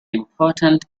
important